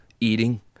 eating